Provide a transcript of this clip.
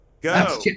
Go